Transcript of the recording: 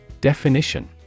Definition